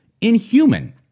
inhuman